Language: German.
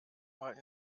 mal